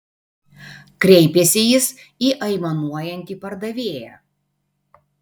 kreipėsi jis į aimanuojantį pardavėją